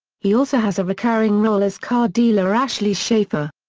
he also has a recurring role as car dealer ashley schaeffer.